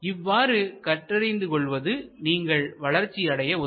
இவ்வாறு கற்றறிந்து கொள்வது நீங்கள் வளர்ச்சி அடைய உதவும்